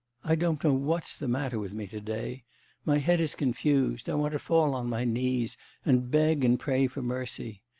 i don't know what's the matter with me to-day my head is confused, i want to fall on my knees and beg and pray for mercy.